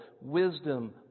wisdom